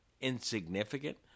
insignificant